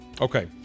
Okay